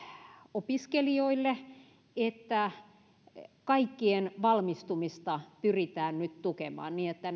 opiskelijoille että kaikkien valmistumista pyritään nyt tukemaan niin että